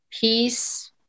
peace